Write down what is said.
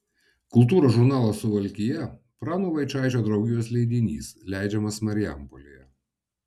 kultūros žurnalas suvalkija prano vaičaičio draugijos leidinys leidžiamas marijampolėje